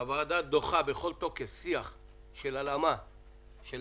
הוועדה דוחה בכל תוקף שיח של הלאמה של